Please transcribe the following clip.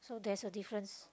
so there's a difference